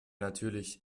natürlich